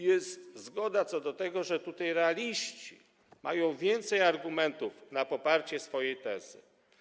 Jest zgoda co do tego, że tutaj realiści mają więcej argumentów na poparcie swojej tezy.